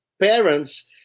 parents